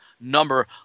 number